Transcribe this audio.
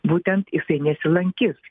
būtent jisai nesilankys